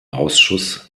ausschuss